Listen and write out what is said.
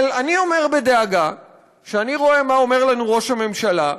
אבל אני אומר בדאגה שאני רואה מה אומר לנו ראש הממשלה.